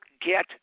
get